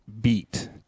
beat